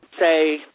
say